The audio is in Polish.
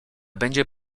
będzie